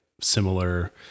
Similar